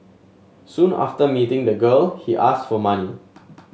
soon after meeting the girl he asked for money